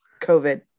COVID